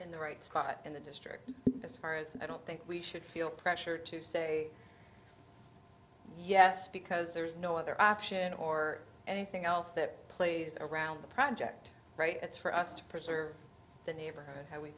in the right spot in the district as far as i don't think we should feel pressure to say yes because there's no other option or anything else that plays around the project right it's for us to preserve the neighborhood how we